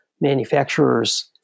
manufacturers